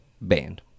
band